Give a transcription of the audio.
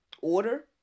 order